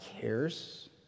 cares